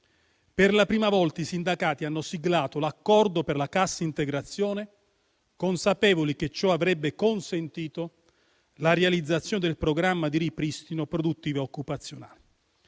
Per la prima volta i sindacati hanno siglato l'accordo per la cassa integrazione, consapevoli che ciò avrebbe consentito la realizzazione del programma di ripristino produttivo-occupazionale.